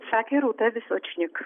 sakė rūta visočnik